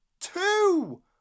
Two